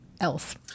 else